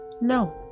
No